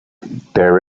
there